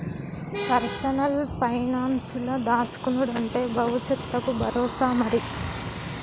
personal పైనాన్సుల దాస్కునుడంటే బవుసెత్తకు బరోసా మరి